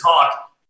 talk